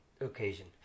occasion